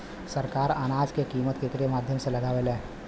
सरकार अनाज क कीमत केकरे माध्यम से लगावे ले?